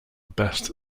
best